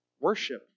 worship